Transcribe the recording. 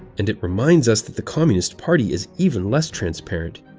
and it reminds us that the communist party is even less transparent.